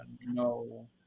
No